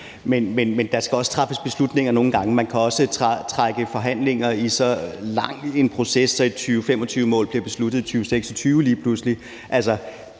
Men der skal også nogle gange træffes beslutninger, og man kan også trække forhandlinger ud i så lang en proces, at et 2025-mål bliver besluttet i 2026 lige pludselig. Altså,